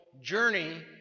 journey